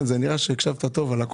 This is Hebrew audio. ב-כאל